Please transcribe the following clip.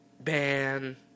Ban